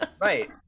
Right